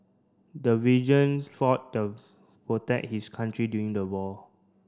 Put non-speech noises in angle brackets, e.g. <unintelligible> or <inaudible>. the <unintelligible> fought to protect his country during the war